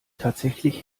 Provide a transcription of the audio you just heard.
tatsächlich